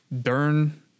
Dern